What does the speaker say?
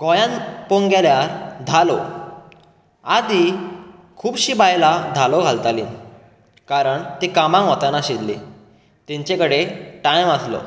गोंयांत पळोवंक गेल्यार धालो आदी खुबशीं बायलां धालो घालताली कारण ती कामांक वच नाशिल्ली तेंचे कडेन टायम आसलो